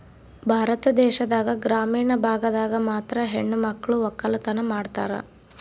ಭಾರತ ದೇಶದಾಗ ಗ್ರಾಮೀಣ ಭಾಗದಾಗ ಮಾತ್ರ ಹೆಣಮಕ್ಳು ವಕ್ಕಲತನ ಮಾಡ್ತಾರ